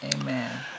Amen